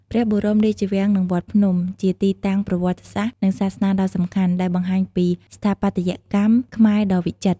ព្រះបរមរាជវាំងនិងវត្តភ្នំ ជាទីតាំងប្រវត្តិសាស្ត្រ និងសាសនាដ៏សំខាន់ ដែលបង្ហាញពីស្ថាបត្យកម្មខ្មែរដ៏វិចិត្រ។